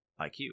IQ